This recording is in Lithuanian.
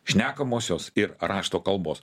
šnekamosios ir rašto kalbos